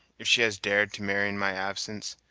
if she has dared to marry in my absence,